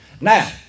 Now